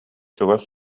чугас